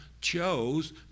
chose